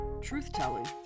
Truth-telling